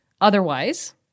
Otherwise